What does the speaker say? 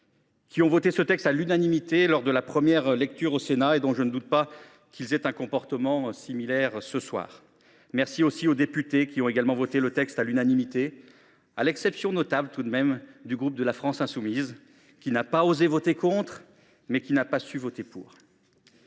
qui ont voté ce texte à l’unanimité lors de la première lecture au Sénat et dont je ne doute pas qu’ils feront de même ce soir. Merci aussi aux députés, qui ont également voté le texte à l’unanimité, à l’exception notable, tout de même, du groupe de La France insoumise, qui n’a pas osé voter contre, mais qui n’a pas su voter pour.